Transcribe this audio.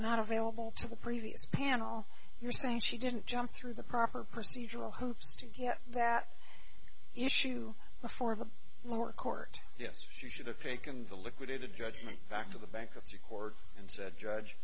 not available to the previous panel you're saying she didn't jump through the proper procedural hoops to get that issue much more of a lower court yes she should have taken the liquidated judgment back to the bankruptcy court and said judge